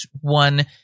One